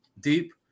deep